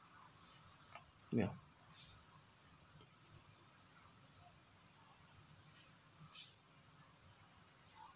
yeah